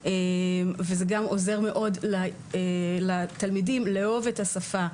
וזה גם עוזר מאוד לתלמידים לאהוב את השפה,